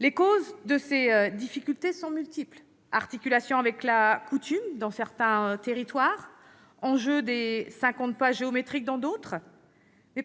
Les causes de ces difficultés sont multiples : articulation avec la coutume dans certains territoires, enjeu des cinquante pas géométriques dans d'autres. Mais